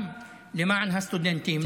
גם למען הסטודנטים,